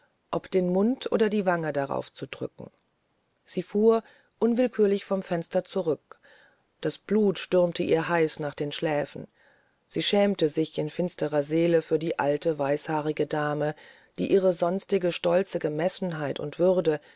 ob den mund oder die wange darauf zu drücken sie fuhr unwillkürlich vom fenster zurück das blut stürmte ihr heiß nach den schläfen sie schämte sich in tiefster seele für die alte weißhaarige dame die ihre sonstige stolze gemessenheit und würde